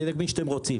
על ידי מי שאתם רוצים,